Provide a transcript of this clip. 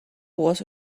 was